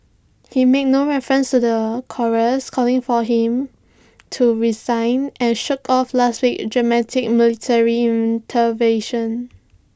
he made no reference to the chorus calling for him to resign and shrugged off last week's dramatic military intervention